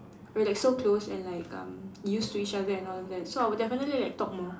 we're like so close and like um used to each other and all of that so I will definitely like talk more